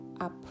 up